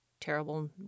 terrible